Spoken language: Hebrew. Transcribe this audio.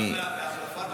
אני --- משרד הבריאות.